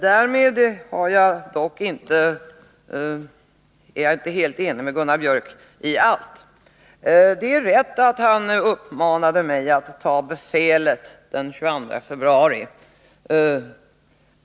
Därmed är jag inte helt enig med Gunnar Biörck i allt. Det var rätt av honom att den 22 februari uppmana mig att ta befälet.